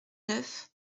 neuf